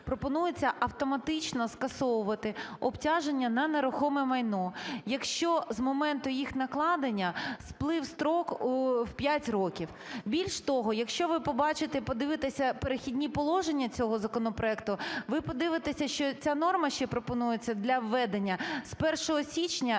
пропонується автоматично скасовувати обтяження на нерухоме майно, якщо з моменту їх накладення сплив строк в 5 років. Більше того, якщо ви побачите і подивитеся "Перехідні положення" цього законопроекту, ви подивитеся, що ця норма ще пропонується для введення з 1 січня